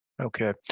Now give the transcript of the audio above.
Okay